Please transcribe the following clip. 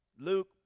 Luke